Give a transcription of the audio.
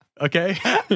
okay